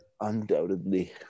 Undoubtedly